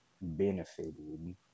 benefited